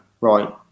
Right